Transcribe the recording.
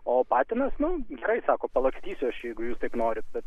o patinas nu gerai sako palakstysiu aš jeigu jūs taip norit bet